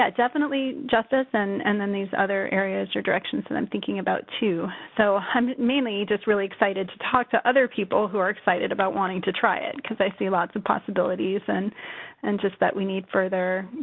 definitely justice and and then these other areas or directions that i'm thinking about, too. so, i'm mainly just really excited to talk to other people who are excited about wanting to try it because i see lots of possibilities, and and just that we need further.